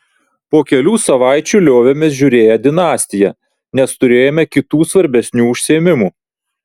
po kelių savaičių liovėmės žiūrėję dinastiją nes turėjome kitų svarbesnių užsiėmimų